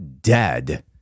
dead